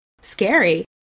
scary